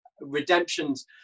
Redemptions